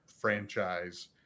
franchise